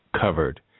covered